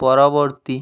পরবর্তী